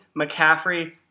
McCaffrey